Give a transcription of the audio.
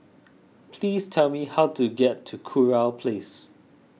please tell me how to get to Kurau Place